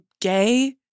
gay